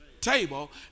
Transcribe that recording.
table